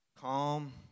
Calm